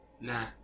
Nah